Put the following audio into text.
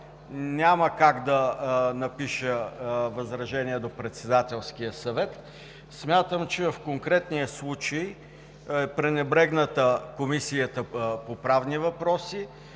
няма как да напиша възражение до Председателския съвет. Смятам, че в конкретния случай е пренебрегната Комисията по правни въпроси,